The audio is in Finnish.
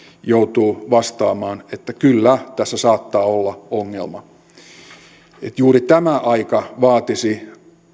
joutuu vastaamaan että kyllä tässä saattaa olla ongelma juuri tämä aika vaatisi